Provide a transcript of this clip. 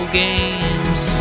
games